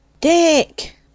Dick